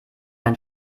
ein